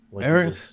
Eric